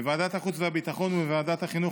בוועדת החוץ והביטחון ובוועדת החינוך,